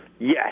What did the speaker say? Yes